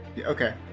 Okay